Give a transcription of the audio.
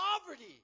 poverty